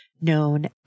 known